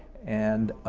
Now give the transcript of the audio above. and,